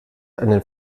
einen